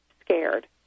scared